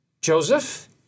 Joseph